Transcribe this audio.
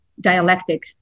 dialectic